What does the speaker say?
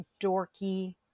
dorky